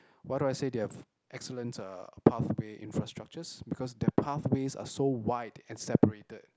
what do I say they have excellent uh pathway infrastructures because their pathways are so wide and separated